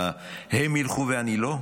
מה, הם ילכו ואני לא?